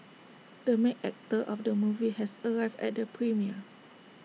the main actor of the movie has arrived at the premiere